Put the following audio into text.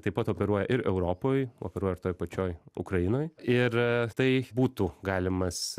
taip pat operuoja ir europoj operuoja ir toj pačioj ukrainoj ir tai būtų galimas